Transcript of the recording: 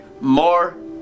more